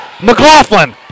McLaughlin